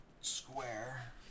square